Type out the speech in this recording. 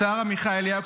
השער עמיחי אליהו,